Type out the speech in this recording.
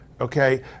okay